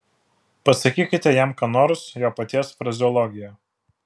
pasakykite jam ką nors jo paties frazeologija